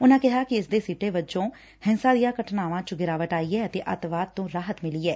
ਉਨੂਂ ਕਿਹਾ ਕਿ ਇਸ ਦੇ ਸਿੱਟੇ ਵਜੋਂ ਹਿੰਸਾ ਦੀਆਂ ਘਟਨਾਵਾਂ ਚ ਗਿਰਾਵਟ ਆਈ ਐ ਅਤੇ ਅੱਤਵਾਦ ਤੋ ਰਾਹਤ ਮਿਲੀ ਐ